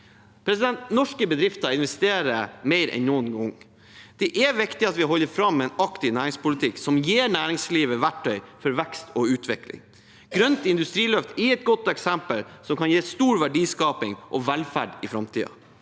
framover. Norske bedrifter investerer mer enn noen gang. Det er viktig at vi holder fram med en aktiv næringslivspolitikk som gir næringslivet verktøy for vekst og utvikling. Grønt industriløft er et godt eksempel som kan gi stor verdiskaping og velferd i framtiden.